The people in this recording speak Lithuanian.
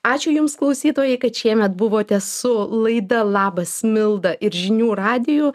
ačiū jums klausytojai kad šiemet buvote su laida labas milda ir žinių radiju